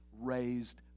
raised